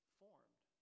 formed